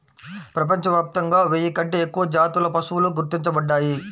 ప్రపంచవ్యాప్తంగా వెయ్యి కంటే ఎక్కువ జాతుల పశువులు గుర్తించబడ్డాయి